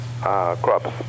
crops